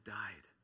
died